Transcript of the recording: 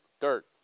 Dirt